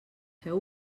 feu